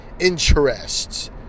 interests